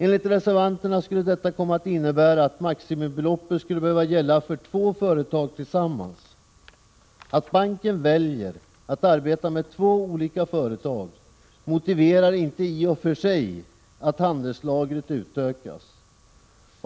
Enligt reservanterna skulle detta komma att innebära att maximibeloppet skulle behöva gälla för två företag tillsammans. Att banken väljer att arbeta med två olika företag motiverar inte i och för sig att handelslagret utökas.